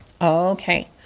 Okay